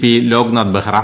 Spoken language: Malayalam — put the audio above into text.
പി ലോക്നാഥ് ബെഹ്റ